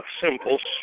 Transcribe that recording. symbols